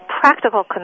practical